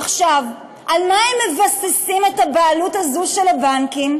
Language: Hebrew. עכשיו, על מה הם מבססים את הבעלות הזאת של הבנקים?